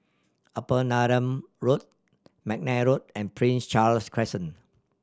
Upper Neram Road McNair Road and Prince Charles Crescent